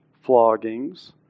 floggings